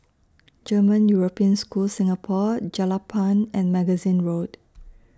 German European School Singapore Jelapang and Magazine Road